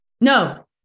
no